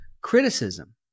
criticism